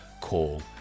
call